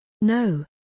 No